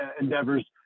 endeavors